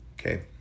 Okay